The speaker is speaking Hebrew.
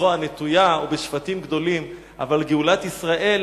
בזרוע נטויה ובשפטים גדולים, אבל גאולת ישראל,